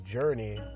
journey